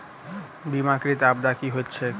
बीमाकृत आपदा की होइत छैक?